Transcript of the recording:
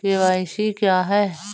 KYC क्या है?